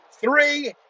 three